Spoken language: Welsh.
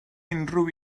unrhyw